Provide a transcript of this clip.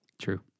True